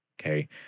Okay